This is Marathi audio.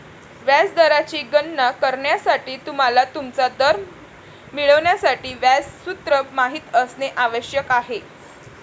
व्याज दराची गणना करण्यासाठी, तुम्हाला तुमचा दर मिळवण्यासाठी व्याज सूत्र माहित असणे आवश्यक आहे